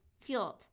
fueled